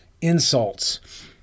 insults